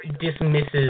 dismisses